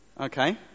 Okay